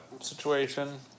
situation